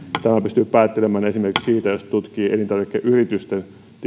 tämän pystyy päättelemään esimerkiksi siitä jos tutkii elintarvikeyritysten